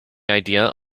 idea